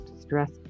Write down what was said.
stress